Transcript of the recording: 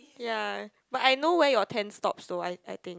ya but I know where your ten stop so I I think